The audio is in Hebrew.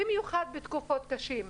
במיוחד בתקופות קשות.